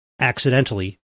accidentally